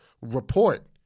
report